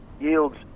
yields